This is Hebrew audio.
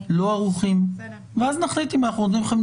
לא ערוכים ואז נחליט אם אנחנו נותנים לכם